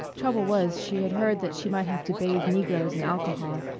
trouble was she had heard that she might have to bathe negroes in alcohol,